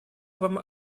вам